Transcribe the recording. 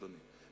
אדוני,